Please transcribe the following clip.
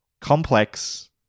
complex